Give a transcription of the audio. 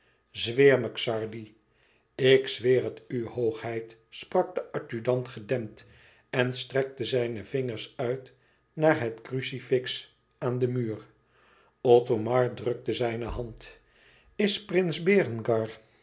ardi k zweer het u hoogheid sprak de adjudant gedempt en strekte zijne vingers uit naar het crucifix aan de muur othomar drukte zijne hand is prins berengar